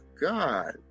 God